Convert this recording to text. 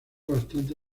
bastante